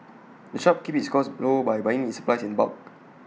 the shop keeps its costs low by buying its supplies in bulk